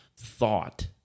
thought